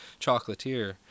chocolatier